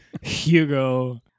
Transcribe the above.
Hugo